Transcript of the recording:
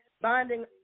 Binding